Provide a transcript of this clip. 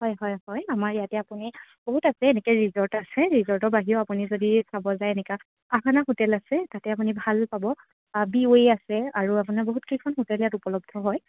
হয় হয় হয় আমাৰ ইয়াতে আপুনি বহুত আছে এনেকৈ ৰিজৰ্ট আছে ৰিজৰ্টৰ বাহিৰেও আপুনি যদি চাব যায় এনেকা আহানা হোটেল আছে তাতে আপুনি ভাল পাব বি ৱে' আছে আৰু আপোনাৰ বহুত কেইখন হোটেল ইয়াত উপলব্ধ হয়